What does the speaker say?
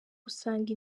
gusanga